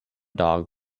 dog